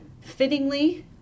fittingly